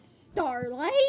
Starlight